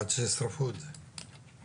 עד שישרפו את זה.